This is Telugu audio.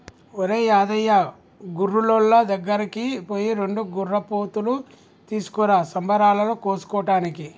ఒరేయ్ యాదయ్య గొర్రులోళ్ళ దగ్గరికి పోయి రెండు గొర్రెపోతులు తీసుకురా సంబరాలలో కోసుకోటానికి